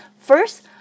first